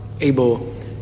able